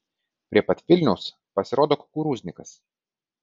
prie pat vilniaus pasirodo kukurūznikas